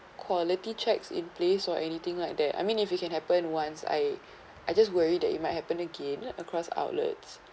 quality checks in place or anything like that I mean if you can happen once I I just worry that it might happen again across outlets